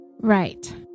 Right